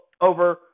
over